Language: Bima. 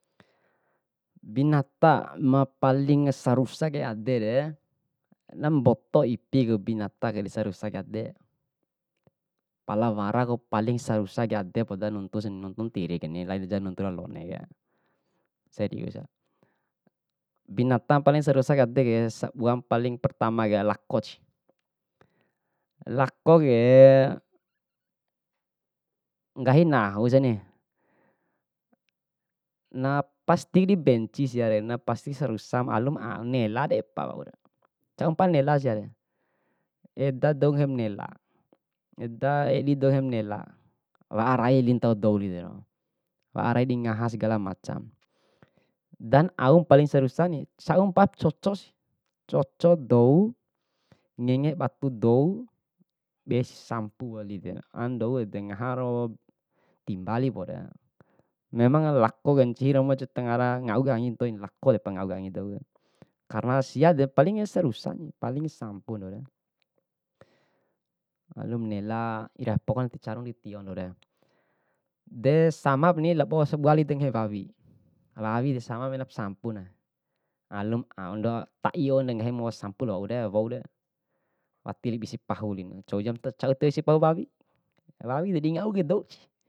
Binata ma paling sarusa kae adere, na mboto ipiku binata ke di sarusa kaiade, pala waraku paling sarusa kai ade podasi nuntu kantirini laija nuntu lalone ke, serius. Binata paling sarusa kae ba adeku sabuampa paling pertama ka lako sih. lakoke nggahi nahusini, na pasti dibenci siare napasti sarusan alum nela nepa waura, caumpaa nela siare. eda doure nggahim nela, eda edi dou nggahim nela, wara railintau dou riro, wa'a rai dingaha segala macam dan au ma paling sarusani cau mpa'a cocosi, coco dou, ngenge batu dou, bes sampu walide, andoue dengaharo timbali poda. Memang lakoke ncihi romoja tangara ngau kai ntoin lakore tangau angi douka, karena sia de paling sarusa paling sampunare, maklum nela irae pokok ticaru ditio andoure. De samapni labo sabua wali de nggahi wawi, wawi re sama menapa sampuna, maklum aundo tai wauna nggahimu sampu wau woude, wati walipu isi pahu walina, cou jam ma cau tio isi pahu wawi, wawi de dinga'u kai dou, cih.